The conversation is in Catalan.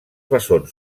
bessons